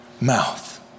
mouth